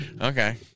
Okay